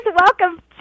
welcome